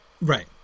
right